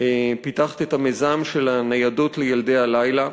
פיתחת את המיזם של ניידות ל"ילדי הלילה"